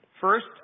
First